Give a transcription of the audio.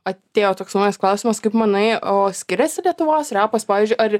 atėjo toks naujas klausimas kaip manai o skiriasi lietuvos repas pavyzdžiui ar